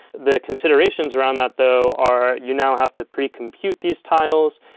the considerations around that, though, are you now have to pre-compute these tiles,